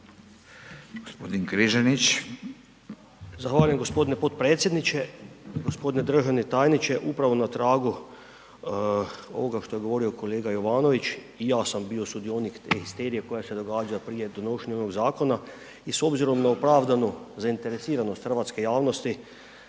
Josip (HDZ)** Zahvaljujem g. potpredsjedniče. G. državni tajniče, upravo na tragu ovoga što je govorio kolega Jovanović, i ja sam bio sudionik te histerije koja se događa od prije donošenja ovog zakona i s obzirom na opravdanu zainteresiranost hrvatske javnosti